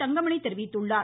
தங்கமணி தெரிவித்துள்ளார்